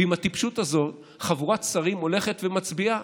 ועם הטיפשות הזו חבורת שרים הולכת ומצביעה,